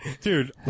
Dude